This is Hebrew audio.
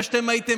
מי אתם